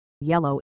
Yellow